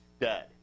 dead